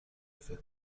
فکر